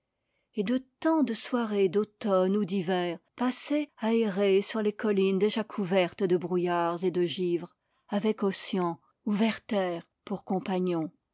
et de tant de soirées d'automne ou d'hiver passées à errer sur les collines déjà couvertes débrouillards et de givre avec ossian ou werther pour compagnon